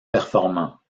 performants